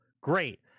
Great